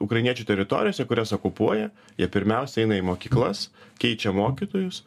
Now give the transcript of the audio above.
ukrainiečių teritorijose kurias okupuoja jie pirmiausia eina į mokyklas keičia mokytojus